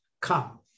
come